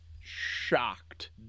shocked